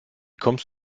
kommst